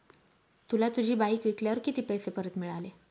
तुला तुझी बाईक विकल्यावर किती पैसे परत मिळाले?